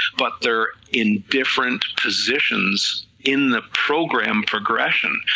but they are in different positions in the program progression,